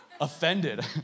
offended